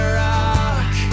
rock